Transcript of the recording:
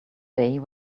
day